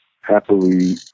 happily